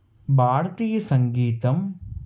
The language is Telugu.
భారతీయ సంగీతం